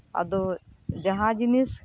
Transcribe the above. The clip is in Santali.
ᱟᱫᱚ ᱡᱟᱦᱟᱸ ᱡᱤᱱᱤᱥ